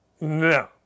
no